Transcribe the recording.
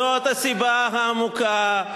זאת הסיבה העמוקה.